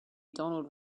donald